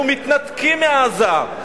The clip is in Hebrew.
אנחנו מתנתקים מעזה.